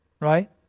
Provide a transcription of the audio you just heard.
Right